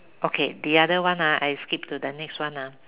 okay the another one ah I skip to the next one ah